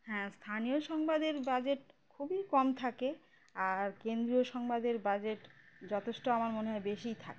হ্যাঁ স্থানীয় সংবাদের বাজেট খুবই কম থাকে আর কেন্দ্রীয় সংবাদের বাজেট যথেষ্ট আমার মনে হয় বেশিই থাকে